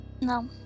No